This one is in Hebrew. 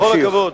בכל הכבוד,